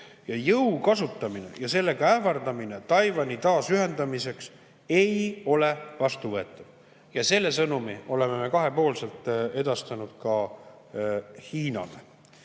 Jõu kasutamine ja sellega ähvardamine Taiwani taasühendamiseks ei ole vastuvõetav. Ja selle sõnumi oleme me kahepoolselt edastanud ka Hiinale.